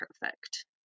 perfect